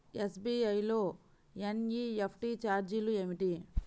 SBI లో NEFT ఛార్జీలు ఏమిటి?